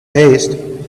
haste